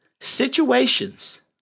situations